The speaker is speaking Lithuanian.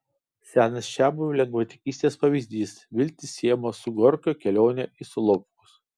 senas čiabuvių lengvatikystės pavyzdys viltys siejamos su gorkio kelione į solovkus